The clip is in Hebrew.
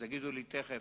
אז תגידו לי תיכף